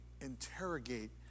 interrogate